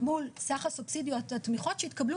מול סך הסובסידיות והתמיכות שהתקבלו